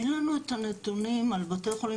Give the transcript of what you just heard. אין לנו את הנתונים על בתי החולים